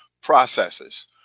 processes